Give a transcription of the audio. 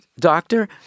doctor